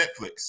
Netflix